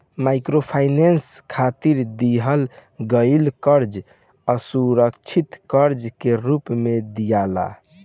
microfinance खातिर दिहल गईल कर्जा असुरक्षित कर्जा के रूप में दियाला